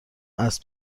اسب